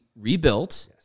rebuilt